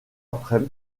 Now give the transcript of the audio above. après